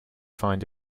find